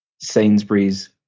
Sainsbury's